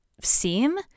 seem